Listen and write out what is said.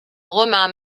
romain